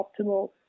optimal